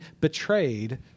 betrayed